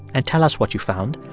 and tell us what you've found.